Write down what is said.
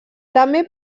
també